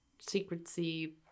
secrecy